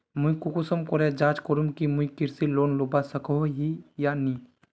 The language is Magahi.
मुई कुंसम करे जाँच करूम की मुई कृषि लोन लुबा सकोहो ही या नी?